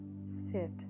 Sit